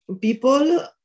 People